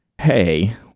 hey